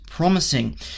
promising